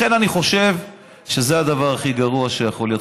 לכן אני חושב שזה הדבר הכי גרוע שיכול להיות,